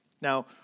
Now